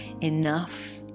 enough